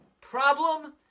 problem